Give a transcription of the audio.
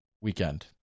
weekend